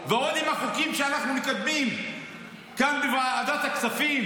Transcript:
ועוד עם החוקים שאנחנו מקדמים כאן בוועדת הכספים,